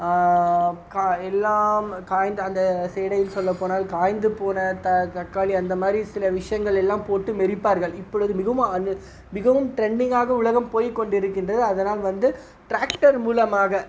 எல்லாம் காய்ந்து அந்த சைடு சொல்லப்போனால் காய்ந்து போன தக்காளி அந்தமாதிரி சில விஷயங்கள் எல்லாம் போட்டு மிதிப்பார்கள் இப்பொழுது மிகவும் மிகவும் டிரெண்டிங்காக உலகம் போய் கொண்டு இருக்கின்றது அதனால் வந்து டிராக்டர் மூலமாக